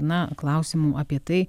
na klausimų apie tai